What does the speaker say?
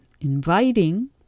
inviting